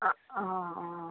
অঁ অঁ অঁ